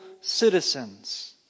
citizens